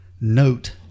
note